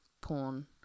porn